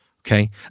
okay